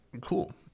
Cool